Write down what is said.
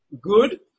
good